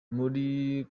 muri